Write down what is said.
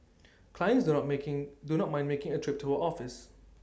clients do not making do not mind making A trip to her office